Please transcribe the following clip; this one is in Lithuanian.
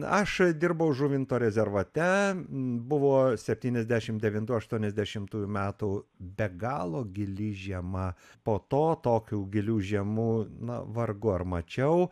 aš dirbau žuvinto rezervate buvo septyniasdešimt devintų aštuoniasdešimtųjų metų be galo gili žiema po to tokių gilių žiemų na vargu ar mačiau